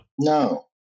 No